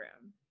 room